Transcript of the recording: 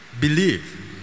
believe